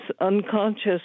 unconscious